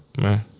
man